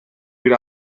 bir